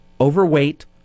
overweight